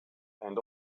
and